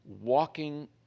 walking